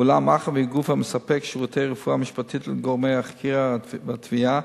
אולם מאחר שהוא גוף המספק שירותי רפואה משפטית לגורמי החקירה והתביעה,